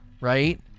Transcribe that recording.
right